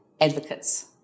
advocates